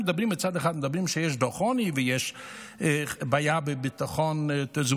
מצד אחד אנחנו מדברים על זה שיש דוח עוני ויש בעיה של ביטחון תזונתי,